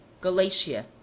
Galatia